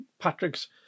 patrick's